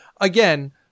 again